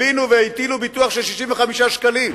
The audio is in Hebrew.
הבינו והטילו ביטוח של 65 שקלים.